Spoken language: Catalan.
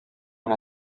una